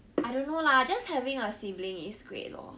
I don't know lah just having a sibling is great lor